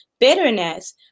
bitterness